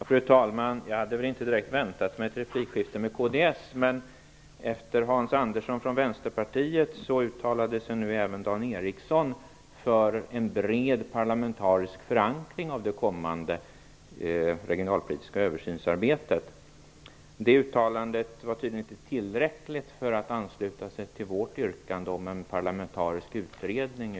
Fru talman! Jag hade inte direkt väntat mig ett replikskifte med kds, men efter Hans Andersson från Vänsterpartiet uttalade sig även Dan Ericsson för en bred parlamentarisk förankring av det kommande regionalpolitiska översynsarbetet. Det uttalandet var tydligen inte tillräckligt för att ansluta sig till vårt yrkande om en parlamentarisk utredning.